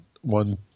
one